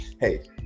Hey